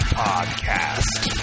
podcast